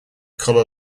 colour